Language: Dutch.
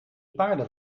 paarden